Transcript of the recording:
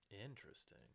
Interesting